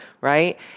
right